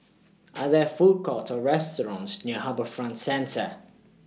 Are There Food Courts Or restaurants near HarbourFront Centre